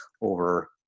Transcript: over